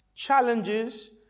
Challenges